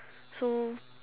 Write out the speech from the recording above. so